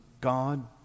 God